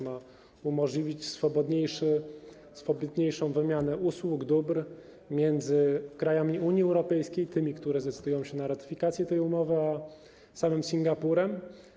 Ma umożliwić swobodniejszą wymianę usług, dóbr między krajami Unii Europejskiej, tymi, które zdecydują się na ratyfikację tej umowy, a samym Singapurem.